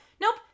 Nope